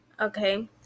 okay